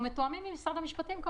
אנחנו מתואמים עם משרד המשפטים.